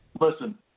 listen